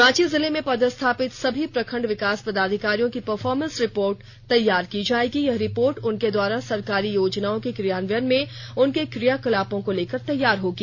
रांची जिले में पदस्थापित सभी प्रखंड विकास पदाधिकारियों की परफॉर्मेंस रिपोर्ट तैयार की जाएगी यह रिपोर्ट उनके द्वारा सरकारी योजनाओं के क्रियान्वयन में उनके क्रियाकलापों को लेकर तैयार होगी